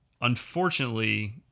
unfortunately